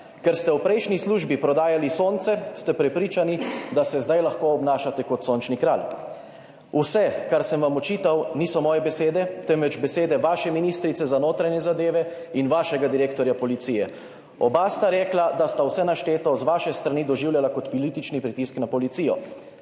Ker ste v prejšnji službi prodajali sonce, ste prepričani, da se zdaj lahko obnašate kot sončni kralj. Vse, kar sem vam očital, niso moje besede, temveč besede vaše ministrice za notranje zadeve in vašega direktorja Policije. Oba sta rekla, da sta vse našteto z vaše strani doživljala kot politični pritisk na policijo.